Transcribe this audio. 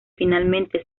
finalmente